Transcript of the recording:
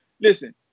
listen